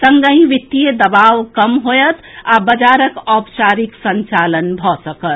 संगहि वित्तीय दबाव कम होएत आ बजारक औपचारिक संचालन भऽ सकत